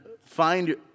find